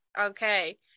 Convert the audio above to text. Okay